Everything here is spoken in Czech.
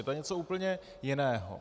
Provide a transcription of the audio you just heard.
To je něco úplně jiného.